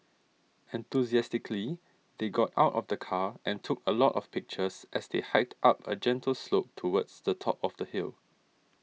enthusiastically they got out of the car and took a lot of pictures as they hiked up a gentle slope towards the top of the hill